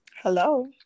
Hello